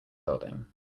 building